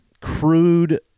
crude